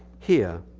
here,